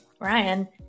Ryan